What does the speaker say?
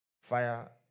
fire